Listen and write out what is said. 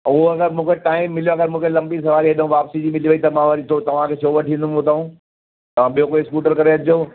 उहो अगरि मूंखे टाइम मिलयो अगरि मूंखे लम्बी सवारी हेॾऊं वापसी जी मिली वई त मां वरी छो तव्हांखे छो वठी ईंदुमि हुतऊं तव्हां ॿियो कोई स्कूटर करे अचिजो